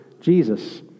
Jesus